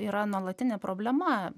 yra nuolatinė problema